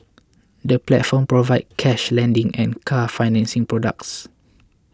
the platform provides cash lending and car financing products